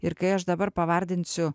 ir kai aš dabar pavardinsiu